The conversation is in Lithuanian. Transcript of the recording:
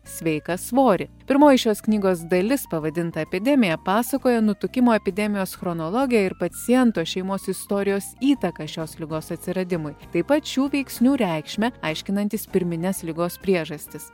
sveiką svorį pirmoji šios knygos dalis pavadinta epidemija pasakoja nutukimo epidemijos chronologiją ir paciento šeimos istorijos įtaką šios ligos atsiradimui taip pat šių veiksnių reikšmę aiškinantis pirmines ligos priežastis